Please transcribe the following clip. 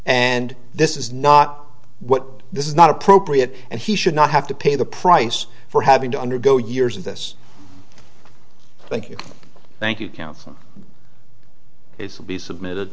and this is not what this is not appropriate and he should not have to pay the price for having to undergo years of this thank you thank you council will be submitted